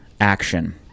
action